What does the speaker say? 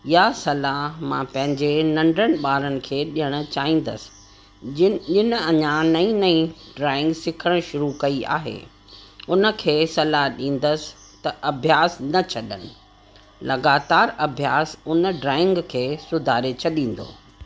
इहा सलाह मां पंहिंजे नंढनि ॿारनि खे ॾियणु चाहींदसि जिन जिन अञा नई नई ड्रॉइंग सिखणु शुरू कई आहे उन खे सलाहु ॾींदस त अभ्यास न छॾनि लॻातारि अभ्यास उन ड्रॉइंग खे सुधारे छॾींदो